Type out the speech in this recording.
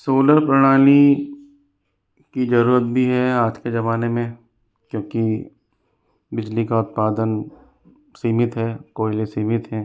solar प्रणाली की ज़रूरत भी है आज के जमाने में क्योंकि बिजली का उत्पादन सीमित है कोयले सीमित हैं